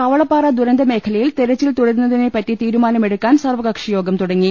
കവളപ്പാറ ദുരന്ത്മേഖലയിൽ തെരച്ചിൽ തുടരുന്നതിനെ പറ്റി തീരുമാനമെടുക്കാൻ സർവ്വകക്ഷിയോഗം തുടങ്ങി